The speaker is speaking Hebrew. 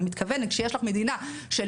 אני מתכוונת שכשיש מדינה של